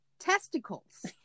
Testicles